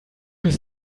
ist